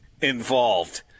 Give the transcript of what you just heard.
involved